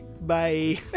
Bye